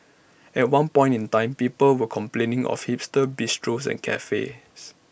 at one point in time people were complaining of hipster bistros and cafes